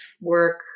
work